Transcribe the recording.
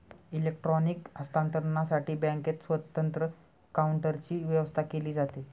electronic हस्तांतरणसाठी बँकेत स्वतंत्र काउंटरची व्यवस्था केली जाते